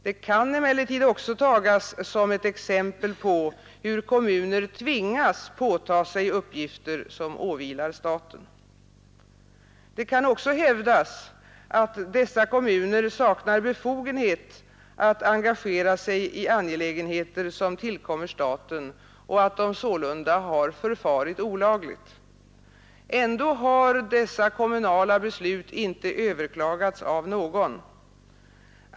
Det kan emellertid också tagas som ett exempel på hur kommuner tvingas påta sig uppgifter som åvilar staten. Det kan också hävdas att dessa kommuner saknar befogenhet att engagera sig i angelägenheter som tillkommer staten och att de sålunda har förfarit olagligt. Ändå har dessa kommunala beslut inte överklagats av någon.